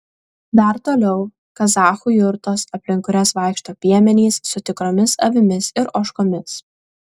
dar toliau kazachų jurtos aplink kurias vaikšto piemenys su tikromis avimis ir ožkomis